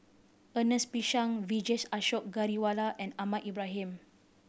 Ernest P Shank Vijesh Ashok Ghariwala and Ahmad Ibrahim